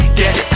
dead